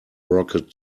rocket